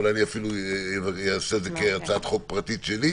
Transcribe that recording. אולי אני אפילו אעשה את זה כהצעת חוק פרטית שלי.